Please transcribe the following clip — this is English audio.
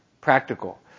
practical